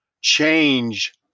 change